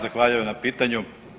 Zahvaljujem na pitanju.